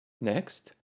Next